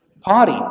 party